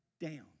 down